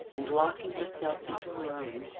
and locking herself into her own,